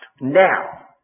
Now